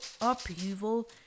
upheaval